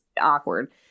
awkward